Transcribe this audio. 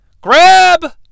Grab